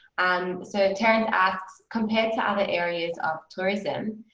and so, terrance asks, compared to other areas of tourism,